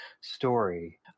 story